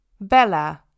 Bella